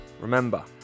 Remember